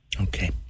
Okay